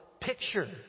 picture